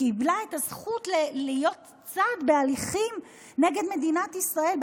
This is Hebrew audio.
קיבלה את הזכות להיות צד בהליכים נגד מדינת ישראל,